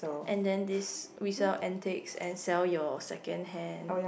and then this we sell antiques and sell your secondhand